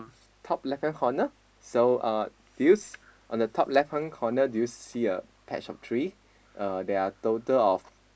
top left hand corner so uh do you on the top left hand corner do you see a patch of tree uh there are total of